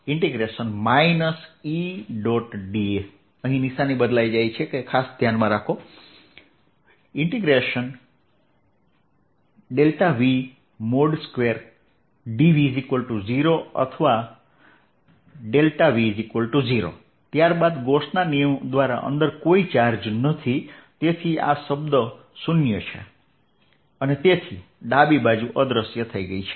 dSV2dV0 અથવા V0 ત્યારબાદ ગૌસના નિયમ દ્વારા અંદર કોઈ ચાર્જ નથી તેથી આ શબ્દ 0 છે અને તેથી ડાબી બાજુ અદ્રશ્ય થઈ ગઈ છે